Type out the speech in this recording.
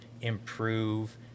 improve